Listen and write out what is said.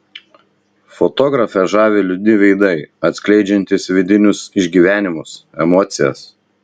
fotografę žavi liūdni veidai atskleidžiantys vidinius išgyvenimus emocijas